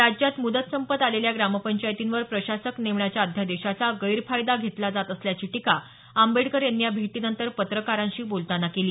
राज्यात मुदत संपत आलेल्या ग्रामपंचायतीवर प्रशासक नेमण्याच्या अध्यादेशाचा गैरफायदा घेतला जात असल्याची टीका आंबेडकर यांनी या भेटीनंतर पत्रकारांशी बोलताना केली